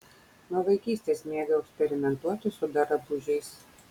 nuo vaikystės mėgau eksperimentuoti su drabužiais